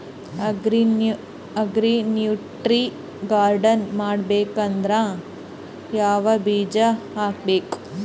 Agri nutri garden ಮಾಡಬೇಕಂದ್ರ ಯಾವ ಬೀಜ ಹಾಕಬೇಕು?